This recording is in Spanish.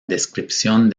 descripción